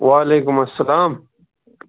وعلیکُم اسلام